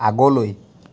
আগলৈ